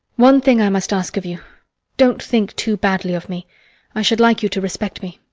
one thing i must ask of you don't think too badly of me i should like you to respect me.